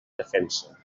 defensa